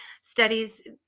studies